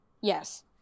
Yes